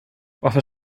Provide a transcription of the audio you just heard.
varför